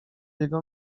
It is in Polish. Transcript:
jego